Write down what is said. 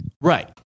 Right